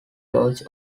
lodge